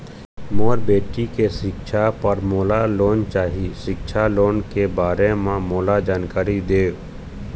मोर बेटी के सिक्छा पर मोला लोन चाही सिक्छा लोन के बारे म मोला जानकारी देव?